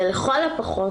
ולכל הפחות,